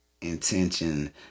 Intention